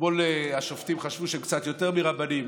אתמול השופטים חשבו שהם קצת יותר מרבנים.